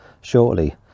shortly